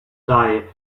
die